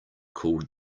called